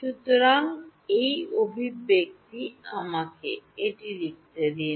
সুতরাং এই অভিব্যক্তি আমাকে এটি লিখতে দিন